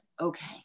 Okay